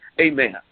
amen